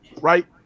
right